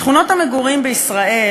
שכונות המגורים בישראל,